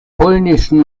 polnischen